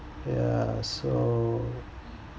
yeah so